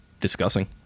discussing